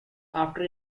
after